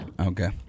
Okay